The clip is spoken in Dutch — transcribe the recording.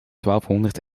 twaalfhonderd